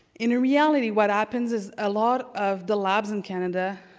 in reality what happens is a lot of the labs in canada,